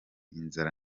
inzara